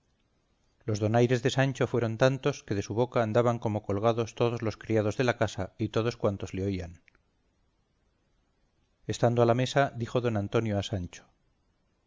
los donaires de sancho fueron tantos que de su boca andaban como colgados todos los criados de casa y todos cuantos le oían estando a la mesa dijo don antonio a sancho